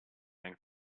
and